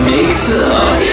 Mix-Up